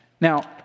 Now